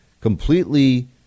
completely